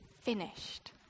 finished